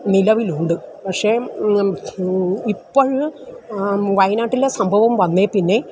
നിലവിലുണ്ട് പക്ഷേ ഇപ്പോൾ വയനാട്ടിലെ സംഭവം വന്നതിൽ പിന്നെ